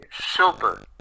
super